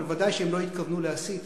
אבל ודאי שהם לא התכוונו להסית